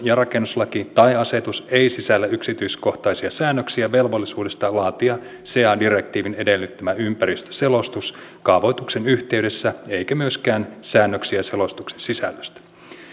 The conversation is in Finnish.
ja rakennuslaki tai asetus ei sisällä yksityiskohtaisia säännöksiä velvollisuudesta laatia sea direktiivin edellyttämä ympäristöselostus kaavoituksen yhteydessä eikä myöskään säännöksiä selostuksen sisällöstä